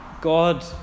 God